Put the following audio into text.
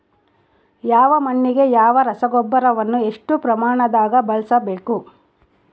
ಯಾವ ಮಣ್ಣಿಗೆ ಯಾವ ರಸಗೊಬ್ಬರವನ್ನು ಎಷ್ಟು ಪ್ರಮಾಣದಾಗ ಬಳಸ್ಬೇಕು?